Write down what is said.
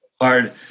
hard